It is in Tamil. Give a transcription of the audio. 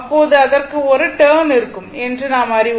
அப்போது அதற்கு ஒரே ஒரு டர்ன் இருக்கும் என்று நாம் அறிகிறோம்